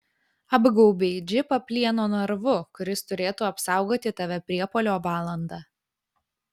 apgaubei džipą plieno narvu kuris turėtų apsaugoti tave priepuolio valandą